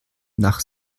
nach